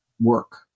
work